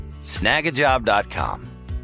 snagajob.com